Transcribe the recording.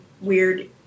weird